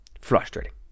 frustrating